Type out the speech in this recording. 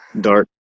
dark